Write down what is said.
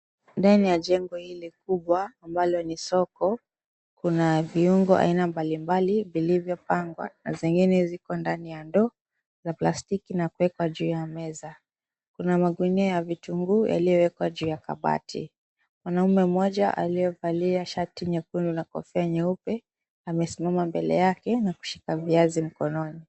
Ndani ya jengo hili kubwa ambalo ni soko kuna viungo aina mbali mbali vilizopangwa na zingine ziko ndani ya ndoo za plastiki na kuwekwa juu ya meza. Kuna magunia ya vitunguu yaliyowekwa juu ya kabati. Mwanaume mmoja aliyevalia shati nyekundu na kofia nyeupe amesimama mbele yake na kushika viazi mkononi.